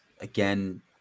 again